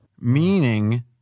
Meaning